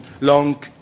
long